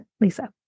Lisa